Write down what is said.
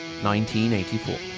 1984